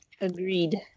Agreed